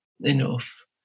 enough